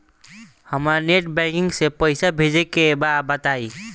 हमरा net banking से पईसा भेजे के बा बताई?